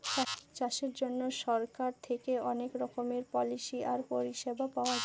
চাষের জন্য সরকার থেকে অনেক রকমের পলিসি আর পরিষেবা পায়